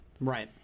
right